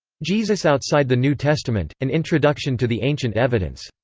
jesus outside the new testament an introduction to the ancient evidence.